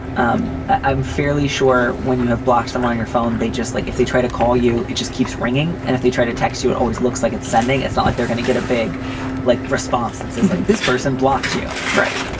um i'm fairly sure when you have blocks them on your phone, they just like if they try to call you. it just keeps ringing. and if they try to text, you are always looks like it's sunday. it's not like they're gonna get a big like response that says like this person blocked you. right.